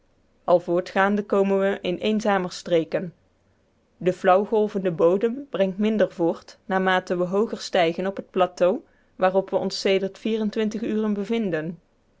al voortgaande komen we in eenzamer streken de flauw golvende bodem brengt minder voort naarmate we hooger stijgen op het plateau waarop we ons sedert vier-en-twintig uren bevinden